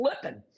flipping